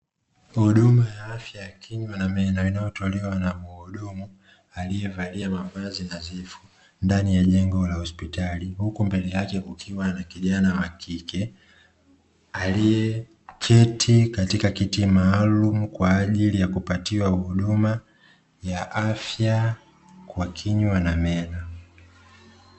Huduma ya afya na kinywa na meno inayotolewa na mhudumu aliyevalia mavazi nadhifu ndani ya jengo la hospitali, huku mbele yake kukiwa na kijana wa kike aliyeketi katika kiti maalumu kwa ajili ya kupatiwa huduma ya afya kwa kinywa na meno.